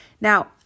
Now